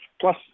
Plus